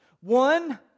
One